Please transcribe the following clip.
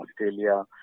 Australia